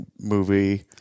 movie